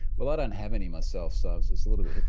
well i don't have any myself, so it's a little bit